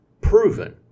proven